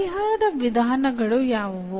ಪರಿಹಾರದ ವಿಧಾನಗಳು ಯಾವುವು